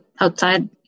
outside